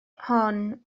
hon